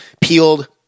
peeled